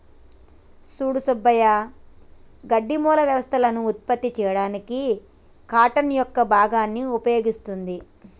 సూడు సుబ్బయ్య గడ్డి మూల వ్యవస్థలను ఉత్పత్తి చేయడానికి కార్టన్ యొక్క భాగాన్ని ఉపయోగిస్తుంది